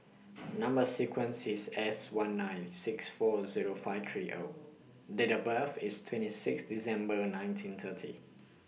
Number sequence IS S one nine six four Zero five three O Date of birth IS twenty six December nineteen thirty